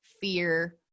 fear